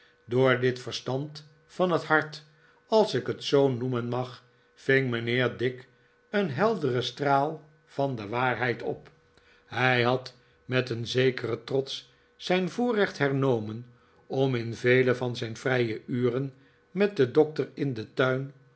door dit verstand van het hart als ik het zoo noemen mag ving mijnheer dick een helderen straal van de waarheid op hij had met een zekeren trots zijn voorrecht hernomen om in vele van zijn vrije uren met den doctor in den tuin